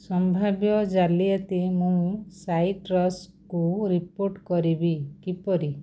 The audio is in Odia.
ସମ୍ଭାବ୍ୟ ଜାଲିଆତି ମୁଁ ସାଇଟ୍ରସ୍କୁ ରିପୋର୍ଟ କରିବି କିପରି